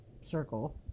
circle